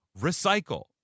recycle